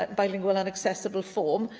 but bilingual and accessible form.